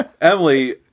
Emily